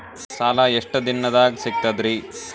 ಸಾಲಾ ಎಷ್ಟ ದಿಂನದಾಗ ಸಿಗ್ತದ್ರಿ?